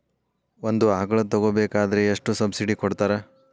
ಒಂದು ಆಕಳ ತಗೋಬೇಕಾದ್ರೆ ಎಷ್ಟು ಸಬ್ಸಿಡಿ ಕೊಡ್ತಾರ್?